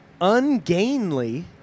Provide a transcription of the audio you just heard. ungainly